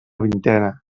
vintena